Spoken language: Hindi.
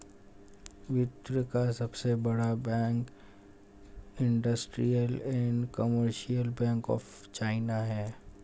विश्व का सबसे बड़ा bank industrial and commercial bank of China है